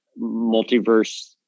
multiverse